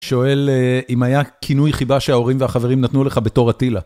שואל אם היה כינוי חיבה שההורים והחברים נתנו לך בתור אטילה.